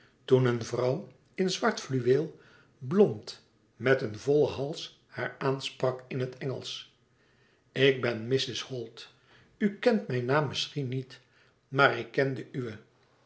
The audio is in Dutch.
toen een vrouw in het zwart fluweel blond met een vollen hals haar aansprak in het engelsch ik ben mrs holt u kent mijn naam misschien niet maar ik ken de